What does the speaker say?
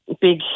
big